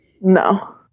No